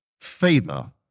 favor